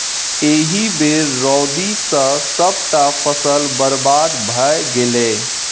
एहि बेर रौदी सँ सभटा फसल बरबाद भए गेलै